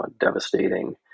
devastating